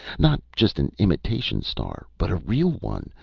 not just an imitation star, but a real one,